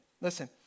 Listen